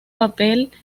papel